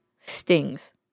stings